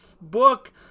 book